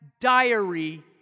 diary